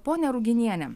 ponia ruginiene